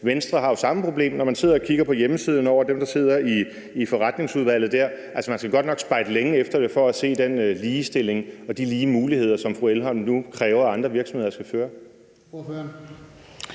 Venstre har jo samme problem. Når man sidder og kigger på hjemmesiden og ser på dem, der sidder i forretningsudvalget, skal man godt nok spejde længe for at se den ligestilling og de lige muligheder, som fru Louise Elholm nu kræver at andre virksomheder skal give.